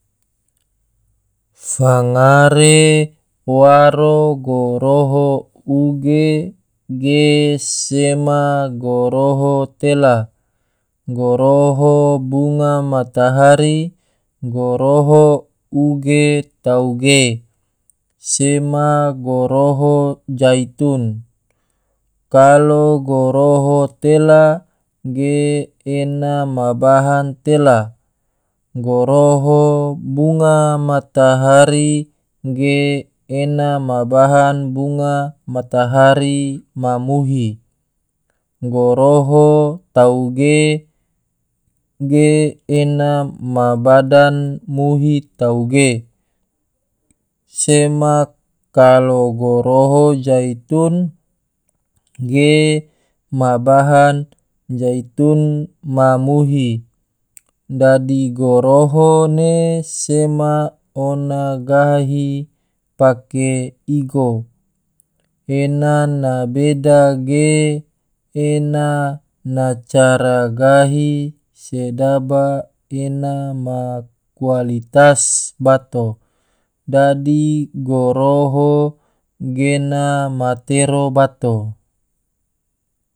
Fangare waro goroho uge ge sema goroho tela, goroho bunga matahari, goroho uge tauge, sema goroho jaitun, kalo goroho tela ge ena ma bahan tela, goroho bunga matahari ge ena ma bahan bunga matahari ma muhi, goroho tauge ge ena ma bahan muhi tauge, sema kalo goroho jaitun ge ma bahan jaitun ma muhi. dadi goroho ne sema ona gahi pake igo ena na beda ge, ena na cara gahi sedaba ena ma kualitas bato. dadi goroho gena matero bato.